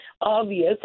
obvious